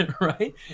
Right